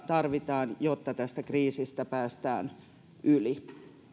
tarvitaan jotta tästä kriisistä päästään yli